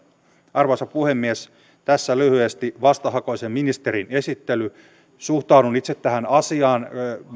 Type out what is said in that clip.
arvoisa puhemies tässä lyhyesti vastahakoisen ministerin esittely suhtaudun itse tähän asiaan